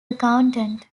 accountant